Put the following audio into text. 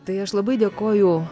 tai aš labai dėkoju